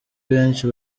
benshi